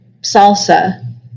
salsa